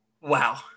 Wow